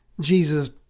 Jesus